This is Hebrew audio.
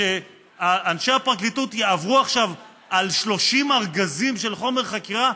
שאנשי הפרקליטות יעברו עכשיו על 30 ארגזים של חומר חקירה?